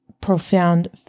profound